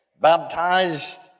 baptized